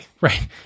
Right